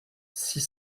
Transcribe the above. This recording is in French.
six